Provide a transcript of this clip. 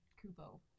Kubo